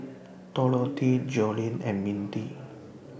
Dorothea Joellen and Mindi